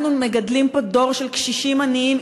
אנחנו מגדלים פה דור של קשישים עניים.